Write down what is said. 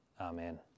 Amen